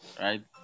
Right